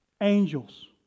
Angels